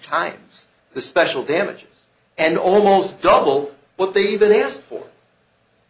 times the special damages and almost double what they even asked for